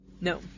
No